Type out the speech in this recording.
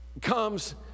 comes